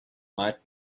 might